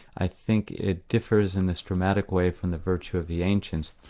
i think it differs in this dramatic way from the virtue of the ancients.